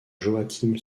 joachim